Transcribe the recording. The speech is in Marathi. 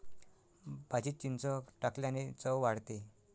भाजीत चिंच टाकल्याने चव वाढते